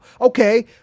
okay